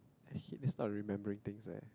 hit is not remembering things leh